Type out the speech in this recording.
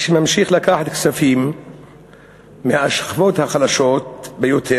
שממשיך לקחת כספים מהשכבות החלשות ביותר